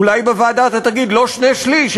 אולי בוועדה אתה תגיד: לא שני-שלישים,